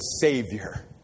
Savior